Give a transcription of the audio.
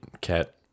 cat